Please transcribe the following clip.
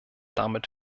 damit